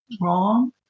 Wrong